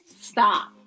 stop